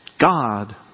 God